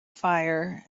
fire